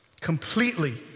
Completely